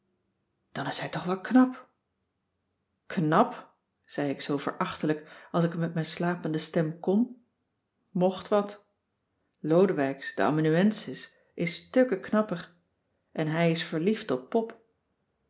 dan is hij toch wel knap knap zei ik zoo verachtelijk als ik het met mijn slapende stem kon mocht wat lodewijks de amanuensis is stukken knapper en hij is verliefd op pop